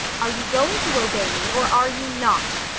are you going to obey me or are you not?